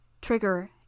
trigger